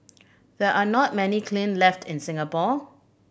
there are not many kiln left in Singapore